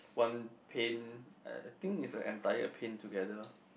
one paint I I think is the entire paint together